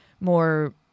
more